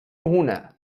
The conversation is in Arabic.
هنا